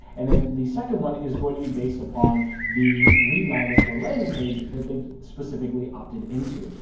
and then the second one is going to be based upon the lead magnet or landing page that they've specifically opted into.